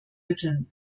mitteln